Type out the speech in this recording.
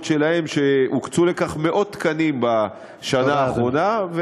שלהן והוקצו לכך מאות תקנים בשנה האחרונה,